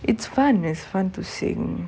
it's fun it's fun to sing